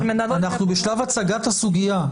אנחנו בשלב הצגת הסוגיה.